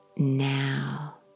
Now